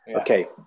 Okay